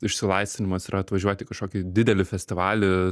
išsilaisvinimas yra atvažiuoti į kažkokį didelį festivalį